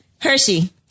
Hershey